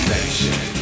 Nation